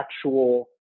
actual